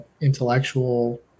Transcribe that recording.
intellectual